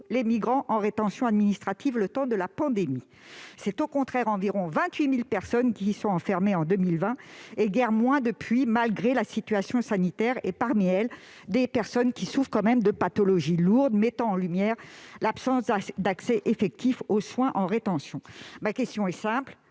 les migrants en rétention administrative le temps de la pandémie. Au contraire, environ 28 000 personnes y ont été enfermées en 2020, et guère moins depuis, malgré la situation sanitaire. Certaines d'entre elles souffrent de pathologies lourdes, mettant en lumière l'absence d'accès effectif aux soins en rétention. Ma question est simple